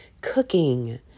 cooking